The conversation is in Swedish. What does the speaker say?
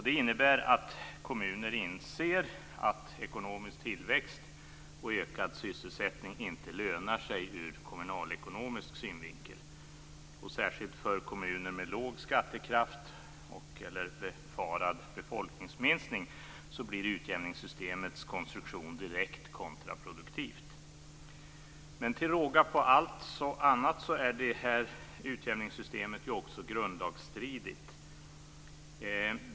Det innebär att kommuner inser att ekonomisk tillväxt och ökad sysselsättning inte lönar sig ur kommunalekonomisk synvinkel. Särskilt för kommuner med låg skattekraft och/eller befarad befolkningsminskning blir utjämningssystemets konstruktion direkt kontraproduktivt. Till råga på allt annat är utjämningssystemet också grundlagsstridigt.